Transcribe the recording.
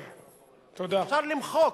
אפשר למחוק.